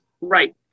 Right